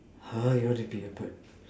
!huh! you want to be a bird